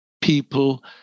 people